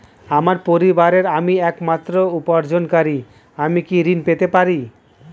আমার পরিবারের আমি একমাত্র উপার্জনকারী আমি কি ঋণ পেতে পারি?